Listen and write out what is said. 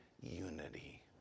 unity